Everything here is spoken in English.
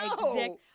no